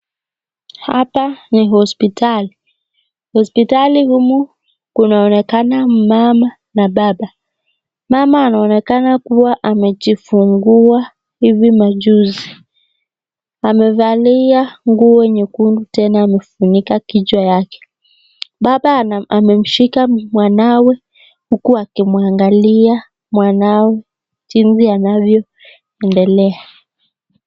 Hapa ni hospitali. hospitali humu kunaonekana mmama Na baba. mama anaonekana kuwa amejifungua hivi majuzi. amevalia nguo nyekundu tena amefunika kichwa yake. baba amemshika mwanawe huku akimwangalia mwanawe jinsi anavyo endelea.